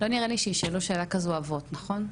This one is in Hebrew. לא ניראה לי שישאלו שאלה כזאת אבות, נכון?